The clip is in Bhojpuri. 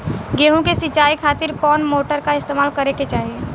गेहूं के सिंचाई खातिर कौन मोटर का इस्तेमाल करे के चाहीं?